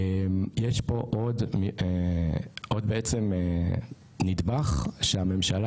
יש פה עוד בעצם נדבך, שהממשלה